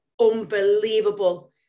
unbelievable